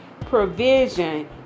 Provision